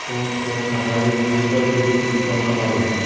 কোন খাকারে দ্রুত দুধ উৎপন্ন করে?